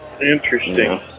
interesting